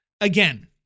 again